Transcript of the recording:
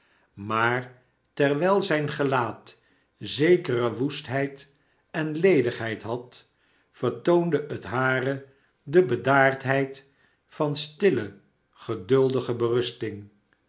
maar terwijl zijn gelaat zekere woestheid en ledigheid had vertoonde het hare de bedaardheid van stille geduldige berusting